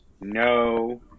no